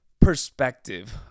perspective